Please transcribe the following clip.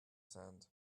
sand